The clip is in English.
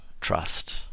trust